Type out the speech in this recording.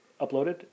uploaded